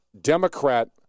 Democrat